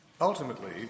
ultimately